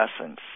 essence